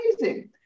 amazing